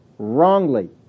Wrongly